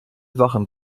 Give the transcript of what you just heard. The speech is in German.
sachen